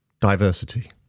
Diversity